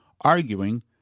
arguing